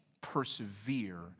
persevere